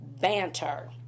banter